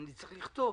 אני צריך לכתוב.